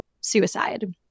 suicide